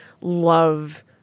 love